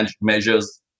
measures